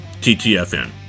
TTFN